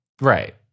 right